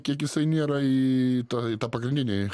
kiek jisai nėra į tą į tą pagrindinį